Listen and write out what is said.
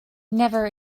never